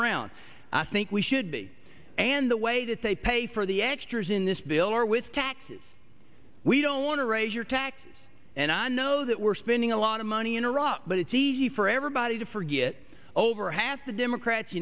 around i think we should be and the way that they pay for the extras in this bill are with taxes we don't want to raise your taxes and i know that we're spending a lot of money in iraq but it's easy for everybody to for get over half the democrats